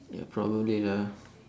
ya probably lah